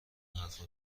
حرفا